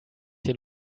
hier